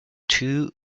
two